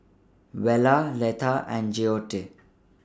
Vella Letha and Joette